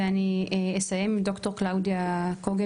ואני אסיים עם ד"ר קלאודיה קוגן.